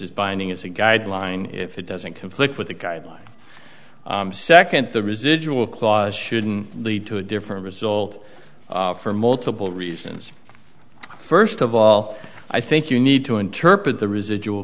as binding as a guideline if it doesn't conflict with the guideline second the residual clause shouldn't lead to a different result for multiple reasons first of all i think you need to interpret the residual